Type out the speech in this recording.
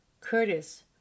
Curtis